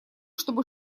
чтобы